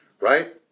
right